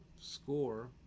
score